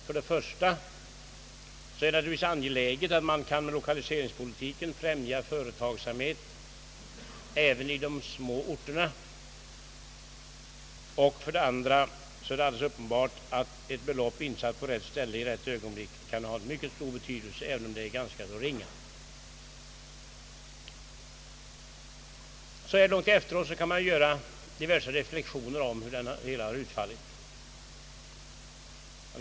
För det första är det naturligtvis angeläget att man genom lokaliseringspolitiken kan främja företagsamhet även i de små orterna. För det andra är det alldeles uppenbart att ett belopp, insatt på rätt ställe och i rätt ögonblick, kan ha mycket stor betydelse, även om det är ganska ringa. Så här efteråt kan man göra diverse reflexioner om hur det hela har utfallit.